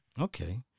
Okay